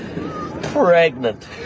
Pregnant